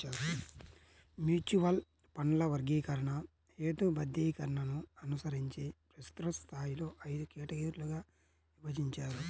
mutual ఫండ్ల వర్గీకరణ, హేతుబద్ధీకరణను అనుసరించి విస్తృత స్థాయిలో ఐదు కేటగిరీలుగా విభజించారు